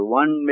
one